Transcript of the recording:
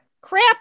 crap